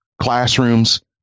classrooms